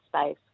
space